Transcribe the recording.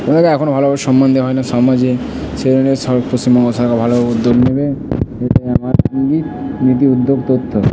ওদেরকে এখনো ভালোভাবে সম্মান দেওয়া হয় না সমাজে সেগুলো নিয়ে পশ্চিমবঙ্গ সরকার ভালোভাবে উদ্যোগ নেবে এটাই আমার নীতি উদ্যোগ তথ্য